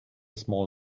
small